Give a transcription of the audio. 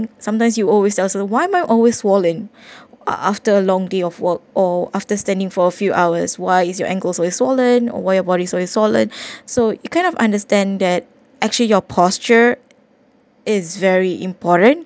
sometimes you always ask yourself why my always swollen uh uh after a long day of work or after standing for a few hours why is your ankles were swollen or why your bodies always swollen so you kind of understand that actually your posture is very important